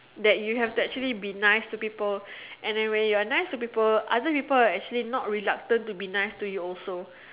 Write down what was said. that you have to actually be nice to people and then when you're nice to people other people are actually not reluctant to be nice to you also